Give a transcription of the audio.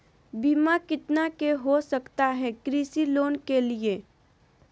बीमा कितना के हो सकता है कृषि लोन के लिए?